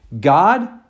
God